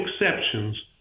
exceptions